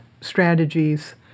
strategies